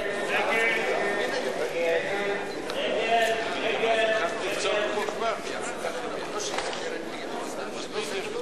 הצעת סיעות רע"ם-תע"ל חד"ש בל"ד להביע אי-אמון בממשלה לא נתקבלה.